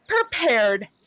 prepared